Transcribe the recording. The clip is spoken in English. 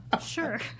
Sure